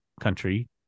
country